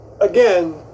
again